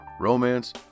romance